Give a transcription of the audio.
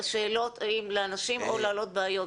שאלות לאנשים או להעלות בעיות,